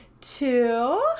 Two